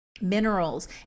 minerals